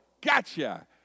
gotcha